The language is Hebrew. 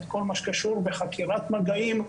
את כל מה שקשור בחקירת מגעים,